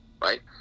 right